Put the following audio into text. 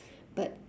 but